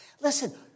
Listen